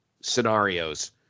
scenarios